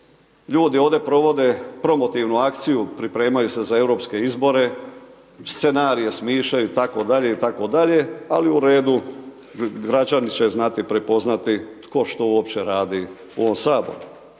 ljudi ovdje provode promotivnu akciju, pripremaju se za europske izbore, scenarije smišljaju itd., itd., ali u redu građani će znati prepoznati tko što uopće radi u ovom saboru.